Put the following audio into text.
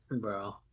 Bro